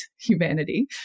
humanity